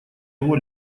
его